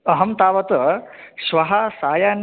अहं तावत् श्वः सायान्ने